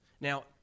Now